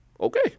okay